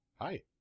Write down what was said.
hi